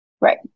right